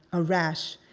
a rash.